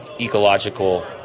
ecological